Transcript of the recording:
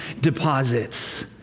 deposits